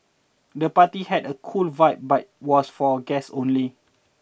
the party had a cool vibe but was for guests only